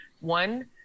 one